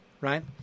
right